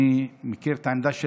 אני מכיר את העמדה שלך,